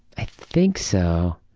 i think so